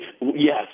Yes